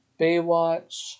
Baywatch